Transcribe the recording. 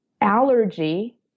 allergy